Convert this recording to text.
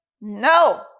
No